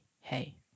hey